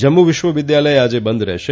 જમ્મુ વિશ્વવિદ્યાલય આજે બંધ રહેશે